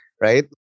right